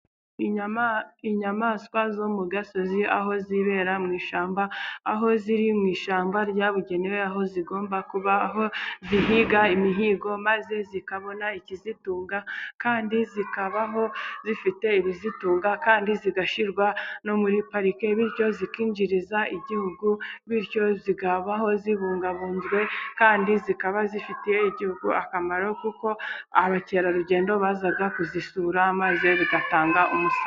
Inyama inyamaswa zo mu gasozi aho zibera mu ishyamba, aho ziri mu ishyamba ryabugenewe, aho zigomba kuba zihiga imihigo maze zikabona ikizitunga, kandi zikabaho zifite ibizitunga kandi zigashyirwa no muri pariki bityo zikinjiriza igihugu bityo zikabaho zibungabunzwe kandi zikaba zifitiye igihugu akamaro, kuko abakerarugendo baza kuzisura maze bigatanga umusaruro.